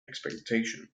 expectation